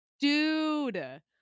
Dude